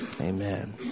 Amen